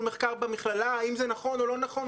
מחקר במכללה אם זה נכון או לא נכון,